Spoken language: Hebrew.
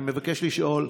אני מבקש לשאול: